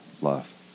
love